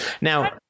Now